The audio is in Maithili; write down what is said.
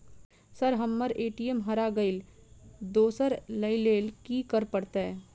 सर हम्मर ए.टी.एम हरा गइलए दोसर लईलैल की करऽ परतै?